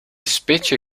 specie